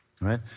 right